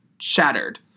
Shattered